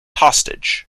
hostage